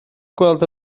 gweld